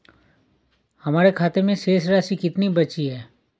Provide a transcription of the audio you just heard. हमारे खाते में शेष राशि कितनी बची है?